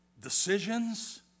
decisions